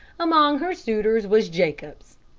among her suitors was jacobs.